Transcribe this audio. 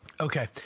Okay